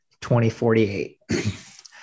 2048